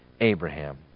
Abraham